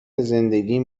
زندگیم